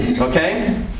Okay